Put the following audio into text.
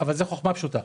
אבל זה חוכמה פשוטה.